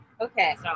Okay